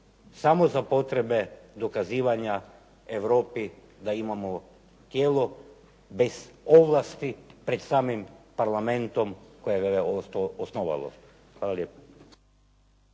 samo za potrebe dokazivanja Europi da imamo tijelo bez ovlasti pred samim Parlamentom koje ga je osnovalo. Hvala lijepo.